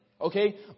Okay